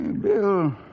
Bill